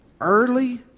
early